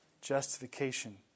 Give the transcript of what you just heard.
Justification